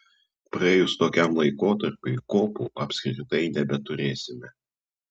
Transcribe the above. praėjus tokiam laikotarpiui kopų apskritai nebeturėsime